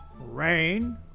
Rain